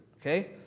okay